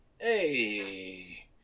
Hey